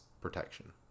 protection